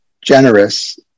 generous